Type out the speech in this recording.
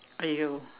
!aiyo!